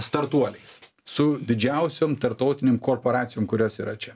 startuoliais su didžiausiom tarptautinėm korporacijom kurios yra čia